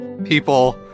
people